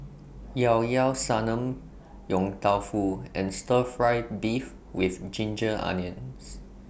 Llao Llao Sanum Yong Tau Foo and Stir Fry Beef with Ginger Onions